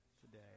today